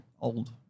old